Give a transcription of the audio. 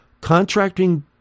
contracting